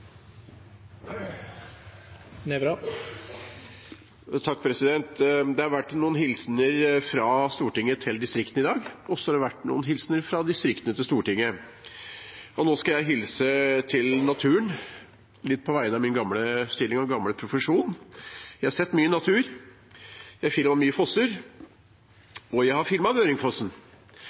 Nævra har hatt ordet to ganger tidligere og får ordet til en kort merknad, begrenset til 1 minutt. Det har vært noen hilsener fra Stortinget til distriktene i dag, og så har det vært noen hilsener fra distriktene til Stortinget. Nå skal jeg hilse til naturen, litt på vegne av min gamle stilling og gamle profesjon. Jeg har sett mye natur, jeg har